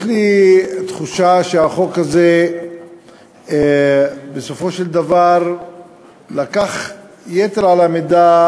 יש לי תחושה שהחוק הזה בסופו של דבר לקח יתר על המידה